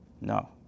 no